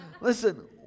listen